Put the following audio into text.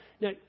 Now